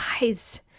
guys